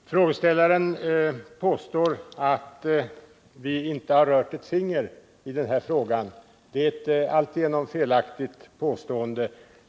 Herr talman! Frågeställaren påstår att vi inte har rört ett finger i den här frågan. Det är ett alltigenom felaktigt påstående.